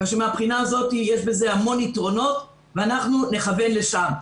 כך שמן הבחינה הזאת יש בזה המון יתרונות ואנחנו נכוון לשם.